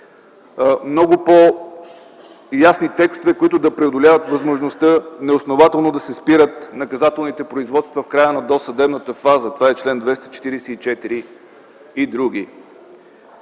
Много по-ясни текстове, които да преодоляват възможността неоснователно да се спират наказателните производства в края на досъдебната фаза – чл. 244 и др.